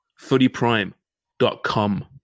footyprime.com